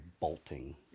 bolting